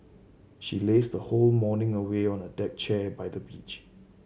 she lazed her whole morning away on a deck chair by the beach